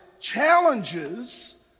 challenges